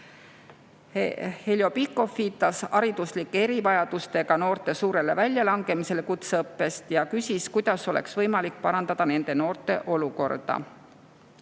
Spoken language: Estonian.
Pikhof viitas hariduslike erivajadustega noorte suurele väljalangemisele kutseõppest ja küsis, kuidas oleks võimalik parandada nende noorte olukorda.